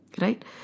Right